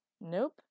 Nope